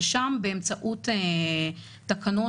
ששם באמצעות תקנות